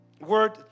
word